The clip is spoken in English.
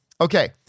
Okay